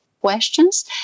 questions